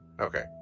Okay